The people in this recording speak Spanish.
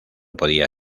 podía